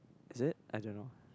is it I don't know